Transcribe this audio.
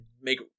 Make